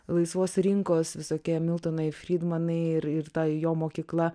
laisvos rinkos visokie miltonai frydmanai ir ir ta jo mokykla